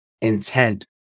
intent